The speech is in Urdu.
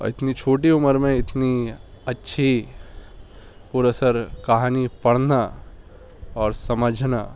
اور اتنی چھوٹی عمر میں اتنی اچھی پر اثر کہانی پڑھنا اور سمجھنا